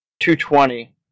220